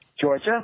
Georgia